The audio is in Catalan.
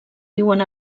viuen